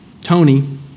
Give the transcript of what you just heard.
Tony